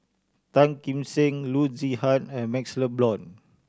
Tan Kim Seng Loo Zihan and MaxLe Blond